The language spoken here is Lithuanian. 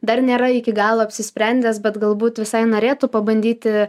dar nėra iki galo apsisprendęs bet galbūt visai norėtų pabandyti